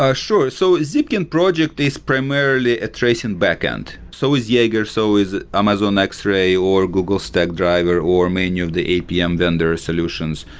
ah sure. so, zipkin project is primarily a tracing backend. so is jaeger. so is amazon x-ray or google stack driver or many of the apm vendor solutions.